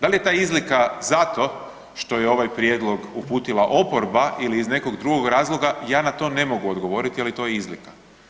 Da li je ta izlika zato što je ovaj prijedlog uputila oproba ili iz nekog drugog razloga ja na to ne mogu odgovoriti, ali to je izlika.